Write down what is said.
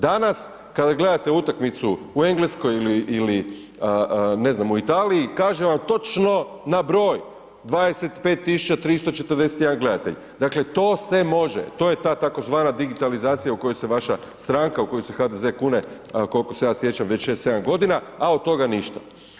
Danas kada gledate utakmicu u Engleskoj ili ili, ne znam, u Italiji kaže vam točno na broj, 25341 gledatelj, dakle to se može, to je ta tzv. digitalizacija u kojoj se vaša stranka u koju se HDZ kune, kolko se ja sjećam već 6-7.g., a od toga ništa.